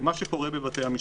למה שקורה בבתי המשפט.